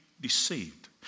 deceived